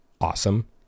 awesome